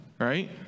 Right